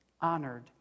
honored